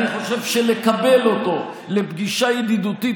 אני חושב שלקבל אותו לפגישה ידידותית